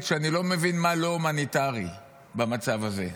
שאני לא מבין מה לא הומניטרי במצב הזה.